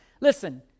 Listen